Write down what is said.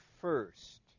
first